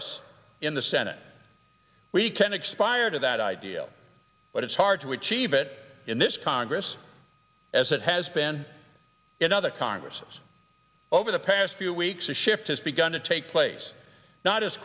us in the senate we can expire to that ideal but it's hard to achieve it in this congress as it has been in other congresses over the past few weeks a shift has begun to take place not as